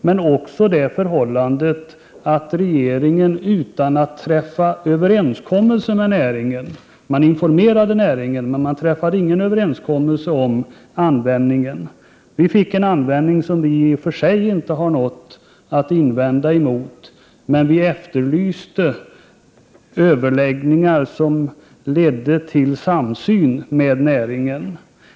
Regeringen beslutade också om användningen utan att ha träffat någon överenskommelse med näringen. Man informerade näringen, men man träffade ingen överenskommelse om användningen. Vi har i och för sig inte något att invända mot användningen, men vi efterlyste överläggningar som kunde ha lett till en samsyn med näringen.